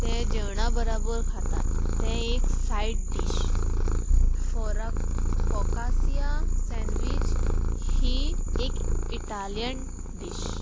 तें जेवणा बराबर खातात तें एक सायड डीश फोराक फोकािया सँडवीच ही एक इटालियन डीश